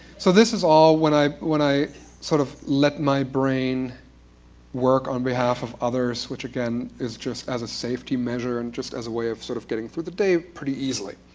so this is all when i when i sort of let my brain work on behalf of others. which again, is just as a safety measure, and just as a way of sort of getting through the day pretty easily.